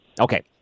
Okay